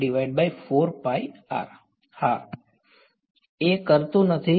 વિદ્યાર્થી